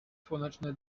słoneczne